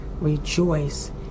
rejoice